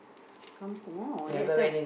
kampung oh that's a